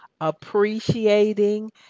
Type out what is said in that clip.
appreciating